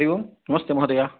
हरि ओम् नमस्ते महोदय